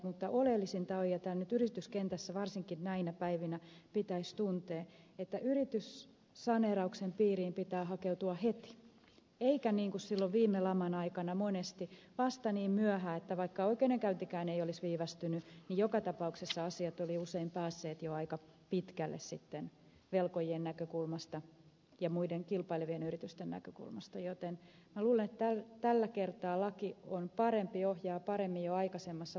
mutta oleellisinta on ja tämä nyt yrityskentässä varsinkin näinä päivinä pitäisi tuntea että yrityssaneerauksen piiriin pitää hakeutua heti eikä niin kuin silloin viime laman aikana monesti vasta niin myöhään että vaikka oikeudenkäyntikään ei olisi viivästynyt niin joka tapauksessa asiat olivat usein päässeet jo aika pitkälle sitten velkojien näkökulmasta ja muiden kilpailevien yritysten näkökulmasta joten minä luulen että tällä kertaa laki on parempi ohjaa paremmin jo aikaisemmassa vaiheessa